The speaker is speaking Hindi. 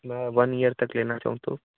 मैं वन ईयर तक लेना चाहूँ तो